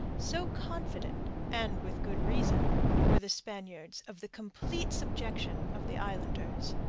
so confident and with good reason were the spaniards of the complete subjection of the islanders.